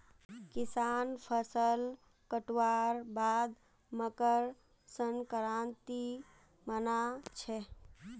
किसान फसल कटवार बाद मकर संक्रांति मना छेक